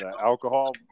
alcohol